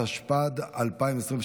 התשפ"ד 2023,